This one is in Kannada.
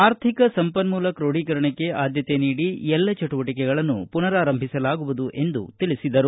ಆರ್ಥಿಕ ಸಂಪನ್ಮೂಲ ಕ್ರೋಢಿಕರಣಕ್ಕೆ ಆದ್ದತೆ ನೀಡಿ ಎಲ್ಲ ಚಟುವಟಿಕೆಗಳನ್ನು ಮನರಾರಂಭಿಸಲಾಗುವುದು ಎಂದು ತಿಳಿಸಿದರು